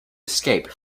escape